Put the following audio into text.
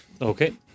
Okay